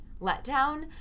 letdown